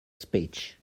speech